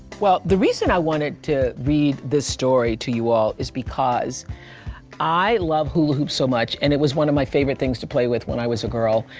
well, the reason i wanted to read this story to you all is because i love hula hoops so much, and it was one of my favorite things to play with when i was a girl.